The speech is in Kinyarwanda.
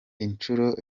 inshuro